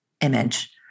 image